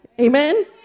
amen